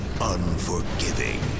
unforgiving